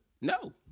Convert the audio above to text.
No